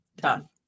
Done